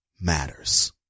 matters